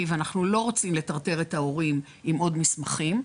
ואנחנו לא רוצים לטרטר את ההורים עם עוד מסמכים,